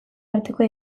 arteko